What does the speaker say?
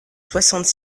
soixante